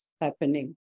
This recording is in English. happening